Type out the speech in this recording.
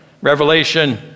Revelation